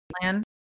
plan